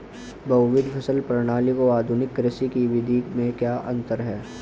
बहुविध फसल प्रणाली और आधुनिक कृषि की विधि में क्या अंतर है?